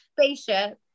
spaceship